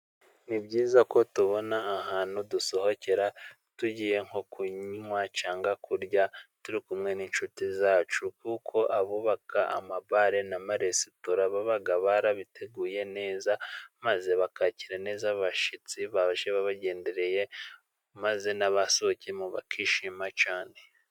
Ni byiza ko tubona ahantu dusohokera tugiye nko kunywa cyangwa kurya, turi kumwe n'inshuti zacu. Kuko abubaka amabare n'amaresitora, baba barabiteguye neza, maze bakakira neza abashyitsi baje babagendereye. Maze n'abasohokeyemo bakishima cyane.